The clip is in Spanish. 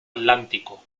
atlántico